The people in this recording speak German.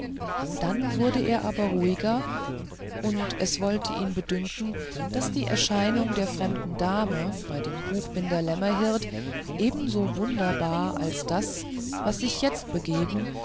dann wurde er aber ruhiger und es wollte ihn bedünken daß die erscheinung der fremden dame bei dem buchbinder lämmerhirt ebenso wunderbar als das was sich jetzt begebe